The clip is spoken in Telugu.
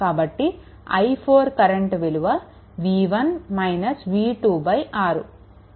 కాబట్టి i4 కరెంట్ విలువ 6